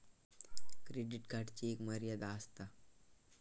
credit कार्डची एक मर्यादा आसता